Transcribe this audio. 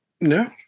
No